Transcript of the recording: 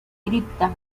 cripta